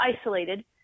isolated